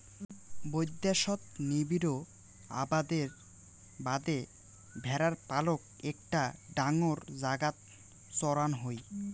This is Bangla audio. বৈদ্যাশত নিবিড় আবাদের বাদে ভ্যাড়ার পালক একটা ডাঙর জাগাত চড়ান হই